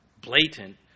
blatant